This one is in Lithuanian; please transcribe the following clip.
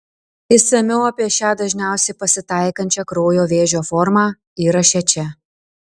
išsamiau apie šią dažniausiai pasitaikančią kraujo vėžio formą įraše čia